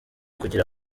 kugira